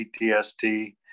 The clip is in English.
PTSD